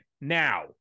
now